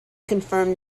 confirmed